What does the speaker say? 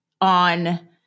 on